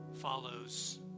follows